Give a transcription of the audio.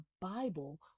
Bible